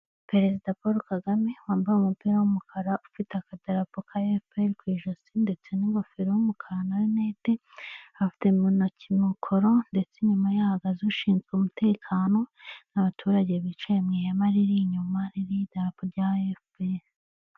Perezida Paul Kagame wambaye umupira w'umukara ufite akadarapo ka efuperi ku ijosi, ndetse n'ingofero y'umukara na rinete afite mu ntoki mikoro ndetse nyuma ye hahagaze ushinzwe umutekano n'abaturage bicaye mu ihema riri inyuma ririho idarapo rya efuperi.